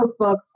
cookbooks